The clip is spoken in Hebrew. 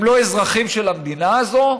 הם לא אזרחים של המדינה הזו.